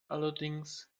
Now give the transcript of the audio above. allerdings